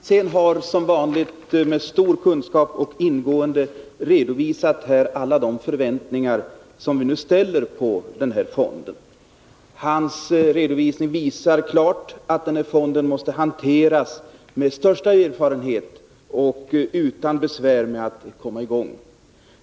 Fru talman! Ivar Franzén har som vanligt med stor sakkunskap och på ett ingående sätt redovisat alla de förväntningar som vi ställer på oljeersättningsfonden. Av hans redovisning framgår klart att denna fond måste hanteras med största erfarenhet och utan att svårigheter uppstår i inledningsskedet.